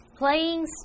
Playing